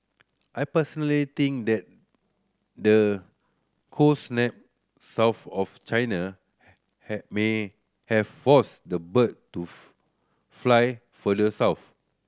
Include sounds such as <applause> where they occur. I personally think that the cold snap south of China <unintelligible> may have forced the bird to <unintelligible> fly further south